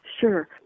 Sure